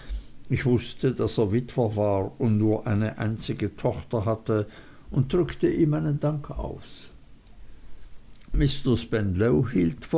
ich wußte daß er witwer war und nur eine einzige tochter hatte und drückte ihm meinen dank aus